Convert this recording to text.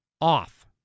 off